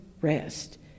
rest